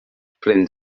ffrind